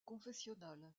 confessionnal